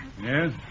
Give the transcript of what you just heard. Yes